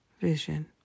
vision